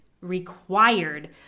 required